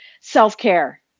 self-care